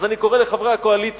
אז אני קורא לחברי הקואליציה,